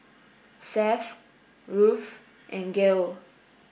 Seth Ruth and Gil